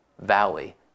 valley